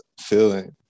feeling